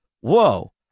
whoa